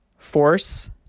force